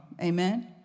Amen